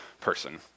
person